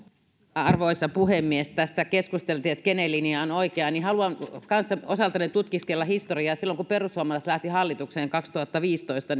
arvoisa puhemies kun tässä keskusteltiin että kenen linja on on oikea niin haluan kanssa osaltani tutkiskella historiaa muistellaan mikä tilanne oli silloin kun perussuomalaiset lähtivät hallitukseen kaksituhattaviisitoista